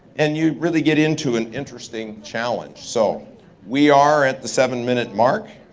and you really get into an interesting challenge. so we are at the seven-minute mark.